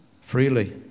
Freely